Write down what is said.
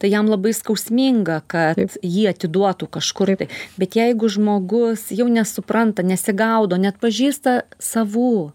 tai jam labai skausminga kaip jį atiduotų kažkur tai bet jeigu žmogus jau nesupranta nesigaudo neatpažįsta savų